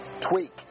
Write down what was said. tweak